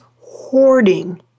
hoarding